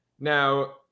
Now